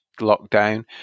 lockdown